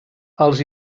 els